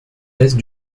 est